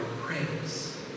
praise